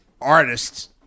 artists